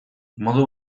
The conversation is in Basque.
modu